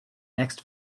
next